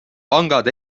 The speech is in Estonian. pangad